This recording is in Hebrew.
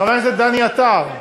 חבר הכנסת דני עטר,